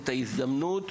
את ההזדמנות.